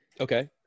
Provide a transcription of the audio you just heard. okay